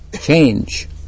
Change